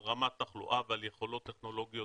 על רמת תחלואה ועל יכולות טכנולוגיות